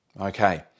Okay